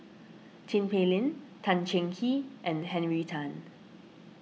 Tin Pei Ling Tan Cheng Kee and Henry Tan